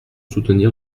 soutenir